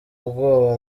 ubwoba